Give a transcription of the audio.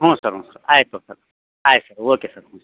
ಹ್ಞೂ ಸರ್ ಹ್ಞೂ ಸರ್ ಆಯ್ತು ಓಕೆ ಆಯ್ತು ಸರ್ ಓಕೆ ಸರ್ ಹ್ಞೂ